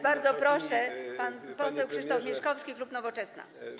Bardzo proszę, pan poseł Krzysztof Mieszkowski, klub Nowoczesna.